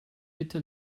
bitte